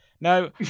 No